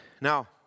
Now